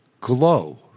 glow